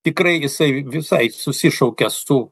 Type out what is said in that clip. tikrai jisai visai susišaukia su